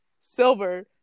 silver